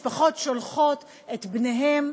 משפחות שולחות את בניהן,